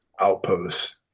outposts